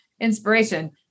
inspiration